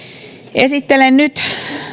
esittelen nyt